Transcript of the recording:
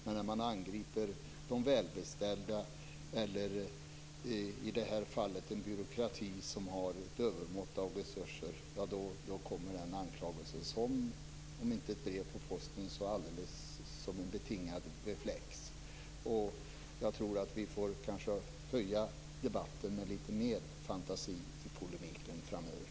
Men när man angriper de välbeställda, eller i det här fallet en byråkrati som har ett övermått av resurser, kommer den anklagelsen inte som ett brev på posten men som en betingad reflex. Vi får kanske höja debattnivån med litet mera fantasi i polemiken framöver.